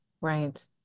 right